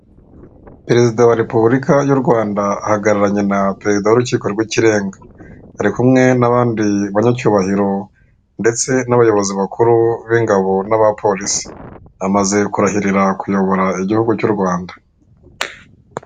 Perezida wa repububurika y'u Rwanda ahagararanye na perezida w'urukiko rw'ikirenga, ari kumwe n'abandi banyacyubahiro ndetse n'abayobozi bakuru b'ingabo n'aba polisi. Amaze kurahirira kuyobora igihugu cy'u Rwanda.